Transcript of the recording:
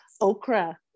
okra